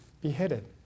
beheaded